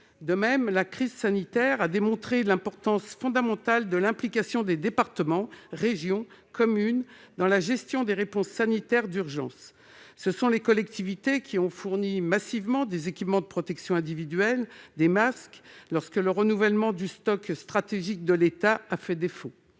De même, la crise sanitaire a démontré l'importance fondamentale de l'implication des départements, des régions et des communes dans la gestion des réponses sanitaires d'urgence. Ce sont les collectivités qui, massivement, ont fourni des équipements de protection individuelle et des masques, lorsque le stock stratégique de l'État, non